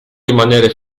rimanere